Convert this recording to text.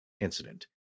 incident